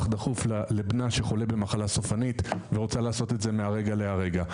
דחוף לבנה שחולה במחלה סופנית ורוצה לעשות את זה מהרגע להרגע.